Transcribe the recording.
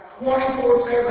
24-7